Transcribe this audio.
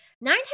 nine